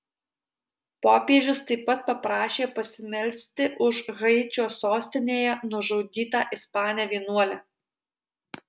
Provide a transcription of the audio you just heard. popiežius taip pat paprašė pasimelsti už haičio sostinėje nužudytą ispanę vienuolę